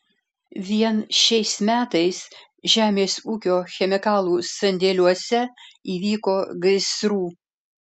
vien šiais metais žemės ūkio chemikalų sandėliuose įvyko gaisrų